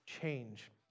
change